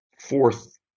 fourth